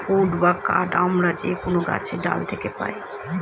would বা কাঠ আমরা যে কোনো গাছের ডাল থাকে পাই